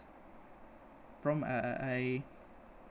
prompt I I I